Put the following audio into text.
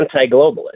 anti-globalist